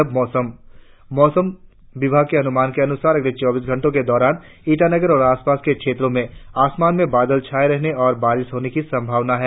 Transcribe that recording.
और अब मौसम मौसम विभाग के अनुमान के अनुसार अगले चौबीस घंटो के दौरान ईटानगर और आसपास के क्षेत्रो में आसमान में बादल छाये रहने और बारिश होने की संभावना है